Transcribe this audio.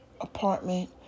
apartment